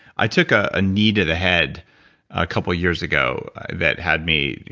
i took a knee to the head a couple years ago that had me,